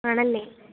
ആണല്ലേ